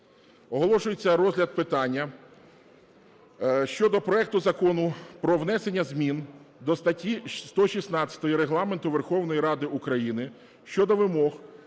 Оголошується розгляд питання щодо проекту Закону про внесення змін до статті 116 Регламенту Верховної Ради України щодо вимог